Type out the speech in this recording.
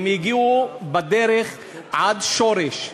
הם הגיעו בדרך עד שורש.